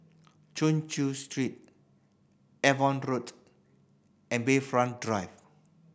Chin Chew Street Avon Road and Bayfront Drive